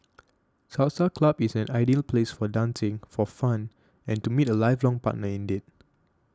Salsa club is an ideal place for dancing for fun and to meet a lifelong partner indeed